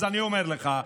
אז אני אומר לך,